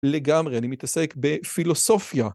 לגמרי, אני מתעסק בפילוסופיה.